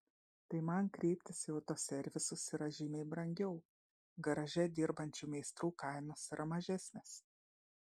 tai man kreiptis į autoservisus yra žymiai brangiau garaže dirbančių meistrų kainos yra mažesnės